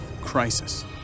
crisis